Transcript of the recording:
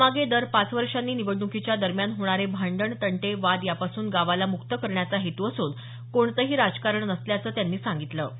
यामागे दर पाच वर्षांनी निवडणुकीच्या दरम्यान होणारे भांडण तंटे वाद यापासून गावाला मुक्त करण्याचा हेतू असून कोणतही छुपं राजकारण नसल्याचं त्यांनी सांगितलं